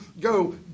go